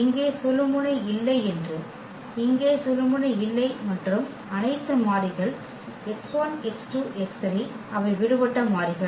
இங்கே சுழுமுனை இல்லை என்று இங்கே சுழுமுனை இல்லை மற்றும் அனைத்து மாறிகள் அவை விடுபட்ட மாறிகள்